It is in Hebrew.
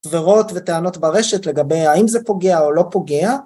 סברות וטענות ברשת לגבי האם זה פוגע או לא פוגע